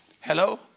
Hello